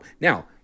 Now